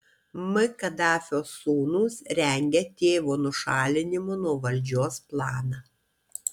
m kadafio sūnūs rengia tėvo nušalinimo nuo valdžios planą